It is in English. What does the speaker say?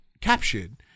captured